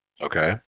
okay